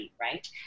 right